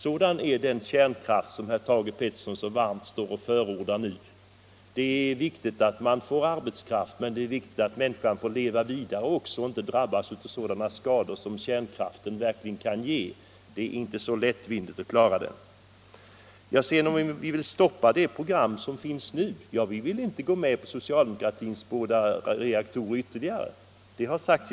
Sådan är den kärnkraft som herr Peterson i Nacka så varmt förordar. Det är viktigt att vi får arbetstillfällen, men det är också viktigt att människan får leva vidare utan att drabbas av de skador som kärnkraften verkligen kan ge. Herr Peterson frågade om centern vill stoppa det nuvarande programmet. Vi vill inte gå med på de ytterligare två reaktorer som socialdemokraterna föreslår.